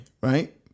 right